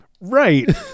Right